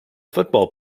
football